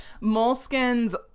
moleskin's